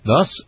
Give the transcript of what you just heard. Thus